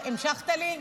המשכת לי?